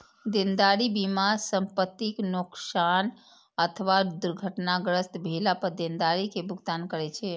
देनदारी बीमा संपतिक नोकसान अथवा दुर्घटनाग्रस्त भेला पर देनदारी के भुगतान करै छै